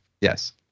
yes